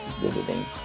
visiting